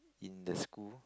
in the school